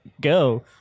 go